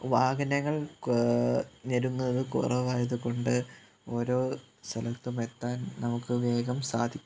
വാഹനങ്ങൾ വരുന്നത് കുറവായതുകൊണ്ട് ഓരോ സ്ഥലത്തും എത്താൻ നമുക്ക് വേഗം സാധിക്കും